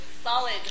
Solid